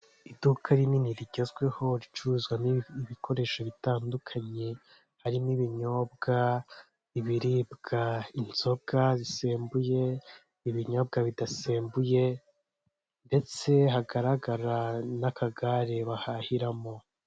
Iduka rinini rigezweho, ricuruzwamo ibikoresho bitandukanye, harimo n'ibinyobwa, ibiribwa, inzoga zisembuye, ibinyobwa bidasembuye ndetse hagaragara n'akagare bahahiramo.